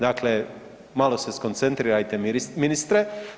Dakle, malo se skoncentrirajte ministre.